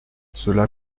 cela